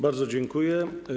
Bardzo dziękuję.